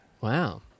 Wow